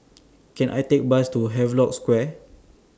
Can I Take Bus to Havelock Square